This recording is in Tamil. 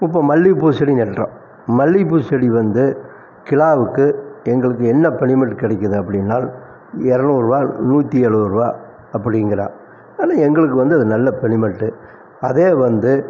இப்போ மல்லிகைப்பூ செடி நடுறோம் மல்லிகைப்பூ செடி வந்து கிலோவுக்கு எங்களுக்கு என்ன பணிமண்ட் கிடைக்கிதுன்னா இரநூறுவா நூற்றி எழுபது ரூபா அப்படிங்கிறான் ஆனால் எங்களுக்கு வந்து அது நல்ல பணிமட்டு அதே வந்து